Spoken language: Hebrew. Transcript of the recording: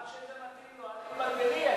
רק כשזה מתאים לו, אל תתבלבלי.